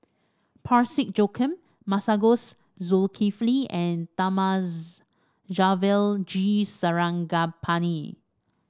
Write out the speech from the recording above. Parsick Joaquim Masagos Zulkifli and Thamizhavel G Sarangapani